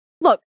Look